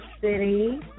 City